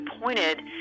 pointed